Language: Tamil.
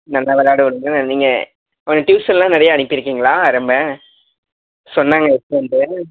நல்லா விளாட விடுங்கள் நீங்கள் டியூஷன்லாம் நிறைய அனுப்பியிருக்கீங்களா ரொம்ப சொன்னாங்க யஷ்வந்த்து